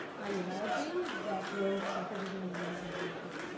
ideology that drove suffragism in the nineteenth century.